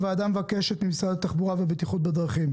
הוועדה מבקשת ממשרד התחבורה והבטיחות בדרכים,